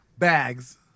Bags